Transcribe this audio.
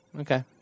Okay